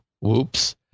Whoops